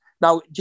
Now